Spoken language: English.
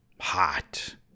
hot